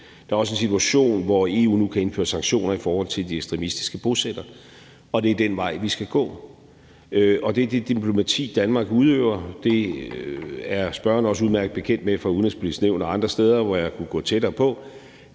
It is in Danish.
Der er også en situation, hvor EU nu kan indføre sanktioner i forhold til de ekstremistiske bosættere. Det er den vej, vi skal gå, og det er det diplomati, Danmark udøver; det er spørgeren også udmærket bekendt med fra Det Udenrigspolitiske Nævn og andre steder, hvor jeg kunne gå tættere på.